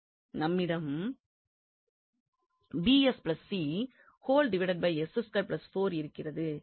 நம்மிடம் இருக்கின்றது